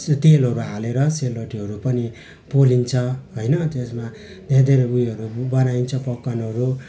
तेलहरू हालेर सेलरोटीहरू पनि पोलिन्छ होइन त्यसमा यहाँ धेरै उयोहरू बनाइन्छ पकवानहरू